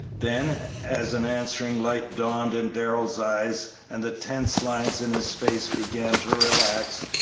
then, as an answering light dawned in darrell's eyes and the tense lines in his face began to relax,